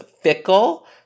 fickle